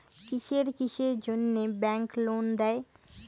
কিসের কিসের জন্যে ব্যাংক লোন দেয়?